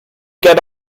get